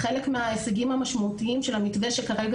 חלק מההישגים המשמעותיים של המתווה שכרגע